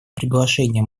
приглашение